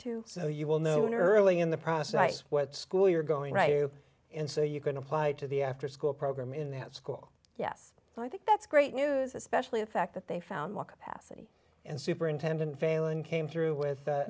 to so you will know in early in the process what school you're going right to and so you can apply to the afterschool program in that school yes i think that's great news especially a fact that they found more capacity and superintendent failon came through with